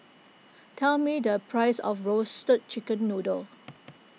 tell me the price of Roasted Chicken Noodle